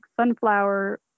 sunflower